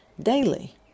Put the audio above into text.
daily